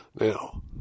now